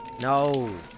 No